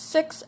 Six